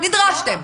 נדרשתם.